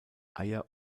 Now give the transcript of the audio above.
eier